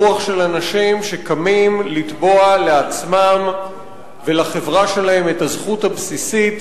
רוח של אנשים שקמים לתבוע לעצמם ולחברה שלהם את הזכות הבסיסית